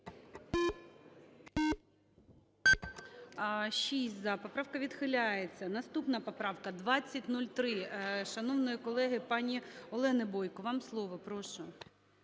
За-6 Поправка відхиляється. Наступна поправка 2003 шановної колеги пані Олени Бойко, вам слово, прошу.